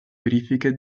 verifiche